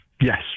Yes